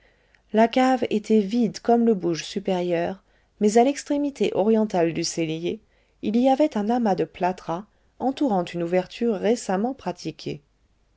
la cave était vide comme le bouge supérieur mais à l'extrémité orientale du cellier il y avait un amas de plâtras entourant une ouverture récemment pratiquée